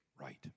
right